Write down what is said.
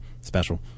special